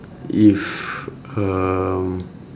if um